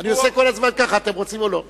אני עושה כל הזמן ככה, אתם רוצים או לא.